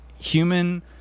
human